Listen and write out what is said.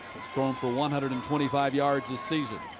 throwing for one hundred and twenty five yards this season.